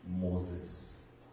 Moses